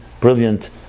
brilliant